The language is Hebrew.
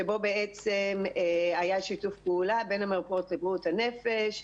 שבה בעצם היה שיתוף פעולה בין המרפאות לבריאות הנפש,